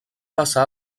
passar